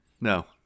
No